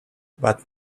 but